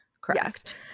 Correct